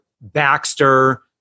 Baxter